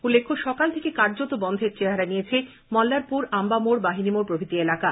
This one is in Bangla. উল্লেখ্য সকাল থেকে কার্যত বনধের চেহারা নিয়েছে মল্লারপুর আম্বামোড় বাহিনীমোড় প্রভৃতি এলাকা